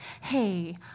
Hey